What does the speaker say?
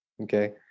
Okay